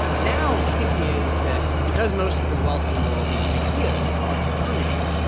now the thinking is that because most of the wealth in the world is ideas, knowledge, learning,